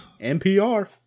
NPR